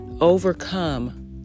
Overcome